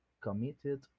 committed